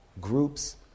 groups